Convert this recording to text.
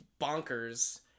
bonkers